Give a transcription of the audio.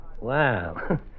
Wow